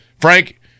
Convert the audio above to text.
Frank